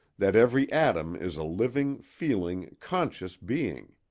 that every atom is a living, feeling, conscious being.